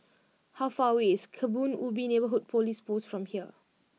how far away is Kebun Ubi Neighbourhood Police Post from here